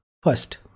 first